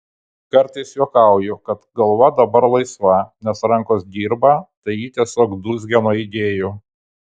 kartais juokauju kad galva dabar laisva nes rankos dirba tai ji tiesiog dūzgia nuo idėjų